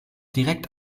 direkt